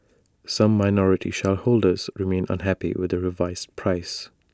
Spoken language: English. some minority shareholders remain unhappy with the revised price